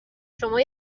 شما